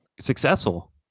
successful